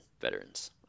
veterans